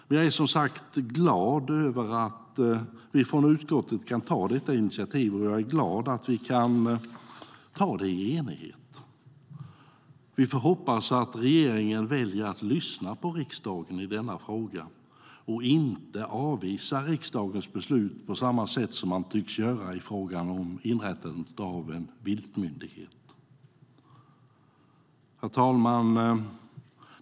Men jag är, som sagt, glad över att utskottet kan ta initiativet, och jag är glad att vi gör det i enighet. Vi får hoppas att regeringen väljer att lyssna på riksdagen i denna fråga och inte avvisar riksdagens beslut på samma sätt som man tycks göra i fråga om inrättandet av en viltmyndighet. Herr talman!